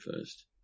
first